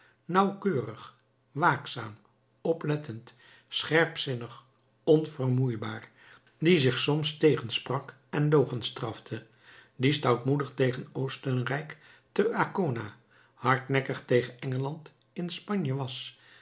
nauwkeurig waakzaam oplettend scherpzinnig onvermoeibaar die zich soms tegensprak en logenstrafte die stoutmoedig tegen oostenrijk te ancona hardnekkig tegen engeland in spanje was